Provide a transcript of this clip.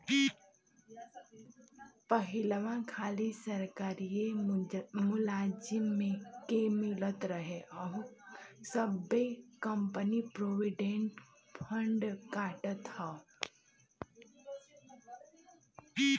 पहिलवा खाली सरकारिए मुलाजिम के मिलत रहे अब सब्बे कंपनी प्रोविडेंट फ़ंड काटत हौ